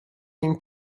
nim